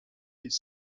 des